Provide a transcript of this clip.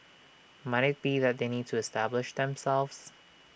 might IT be that they need to establish themselves